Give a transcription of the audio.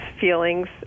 feelings